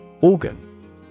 Organ